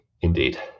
indeed